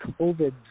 COVID